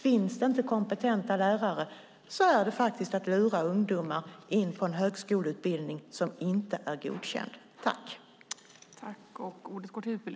Finns det inte kompetenta lärare är detta att lura ungdomar in på en högskoleutbildning som inte är godkänd.